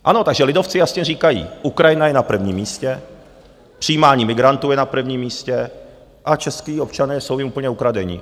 Ano, takže lidovci jasně říkají: Ukrajina je na prvním místě, přijímání migrantů je na prvním místě a čeští občané jsou jim úplně ukradení.